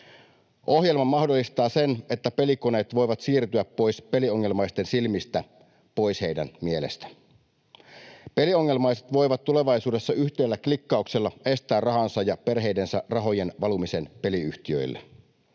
Ohjelma mahdollistaa sen, että pelikoneet voivat siirtyä pois peliongelmaisten silmistä, pois heidän mielestään. Peliongelmaiset voivat tulevaisuudessa yhdellä klikkauksella estää rahojensa ja perheidensä rahojen valumisen peliyhtiöille